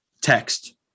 text